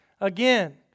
again